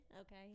Okay